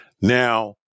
now